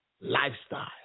lifestyle